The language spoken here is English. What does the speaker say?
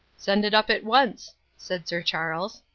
send it up at once, said sir charles.